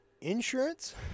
insurance